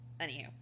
anywho